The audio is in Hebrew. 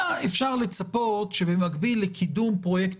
היה אפשר לצפות שבמקביל לקידום פרויקט